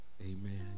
Amen